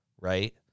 Right